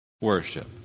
worship